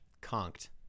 conked